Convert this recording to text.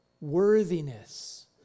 worthiness